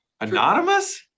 Anonymous